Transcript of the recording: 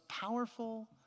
powerful